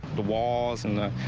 the walls and the.